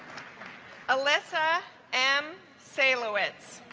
alyssa m se lewitt's